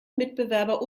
mitbewerber